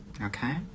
okay